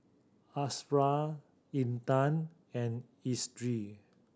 Ashraff Intan and Idris